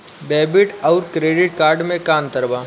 Debit आउर credit card मे का अंतर बा?